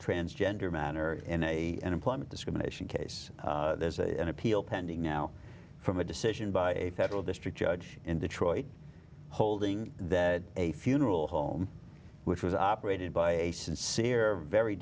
transgender manner in a employment discrimination case there's a appeal pending now from a decision by a federal district judge in detroit holding a funeral home which was operated by a sincere very